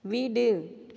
வீடு